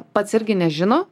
pats irgi nežino